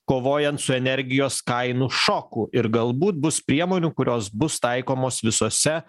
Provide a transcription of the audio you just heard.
kovojant su energijos kainų šoku ir galbūt bus priemonių kurios bus taikomos visose